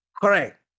Correct